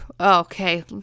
okay